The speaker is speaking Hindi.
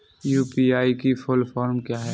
यू.पी.आई की फुल फॉर्म क्या है?